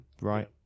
right